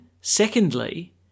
secondly